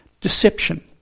deception